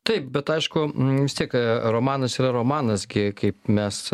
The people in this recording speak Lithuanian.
taip bet aišku vis tiek romanas yra romanas gi kaip mes